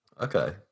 Okay